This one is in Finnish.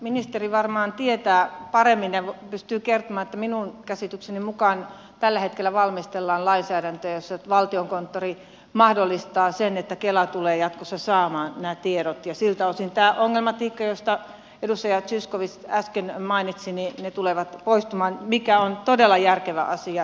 ministeri varmaan tietää paremmin ja pystyy kertomaan mutta minun käsitykseni mukaan tällä hetkellä valmistellaan lainsäädäntöä jossa valtiokonttori mahdollistaa sen että kela tulee jatkossa saamaan nämä tiedot ja siltä osin tämä ongelmatiikka josta edustaja zyskowicz äsken mainitsi tulee poistumaan mikä on todella järkevä asia